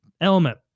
element